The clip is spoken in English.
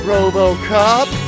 RoboCop